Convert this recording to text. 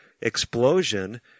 explosion